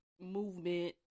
movement